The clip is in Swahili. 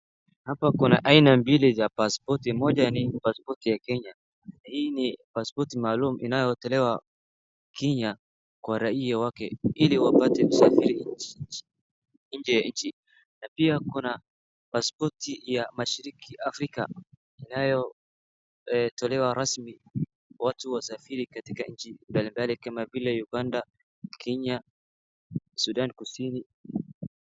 Hapa kuna aina mbili za paspoti, moja ni paspoti ya Kenya. Hii ni paspoti maalum inayotolewa Kenya kwa raia wake ili wapate kusafiri nje ya nchi, na pia kuna paspoti ya mashiriki afrika inayotolewa rasmi watu wasafiri katika nchi mbalimbali kama vile Uganda, Kenya, Sudan Kusini.